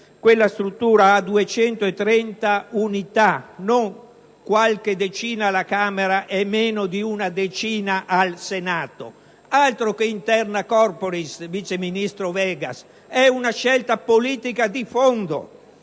quella struttura dispone di 230 unità, non di qualche decina alla Camera e meno di una decina al Senato. Altro che *interna corporis*, vice ministro Vegas: è una scelta politica di fondo.